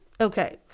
Okay